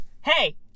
hey